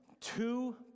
Two